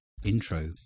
intro